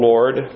Lord